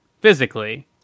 physically